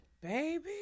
baby